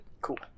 Cool